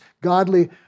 godly